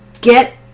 get